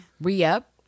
re-up